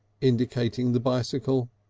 indicating the bicycle.